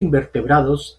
invertebrados